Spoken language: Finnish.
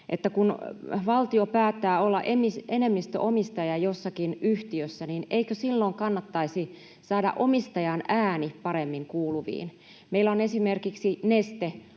kun valtio päättää olla enemmistöomistaja jossakin yhtiössä, niin eikö silloin kannattaisi saada omistajan ääni paremmin kuuluviin. Meillä on esimerkiksi